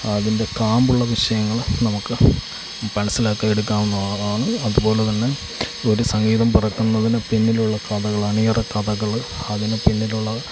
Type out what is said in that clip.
അതിൻ്റെ കാമ്പുള്ള വിഷയങ്ങൾ നമുക്ക് മനസ്സിലാക്കി എടുക്കാവുന്നതാണ് അതുപോലെതന്നെ ഒരു സംഗീതം പിറക്കുന്നതിന് പിന്നിലുള്ള കഥകൾ അണിയറ കഥകള് അതിനു പിന്നിലുള്ള